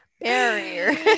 barrier